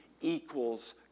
equals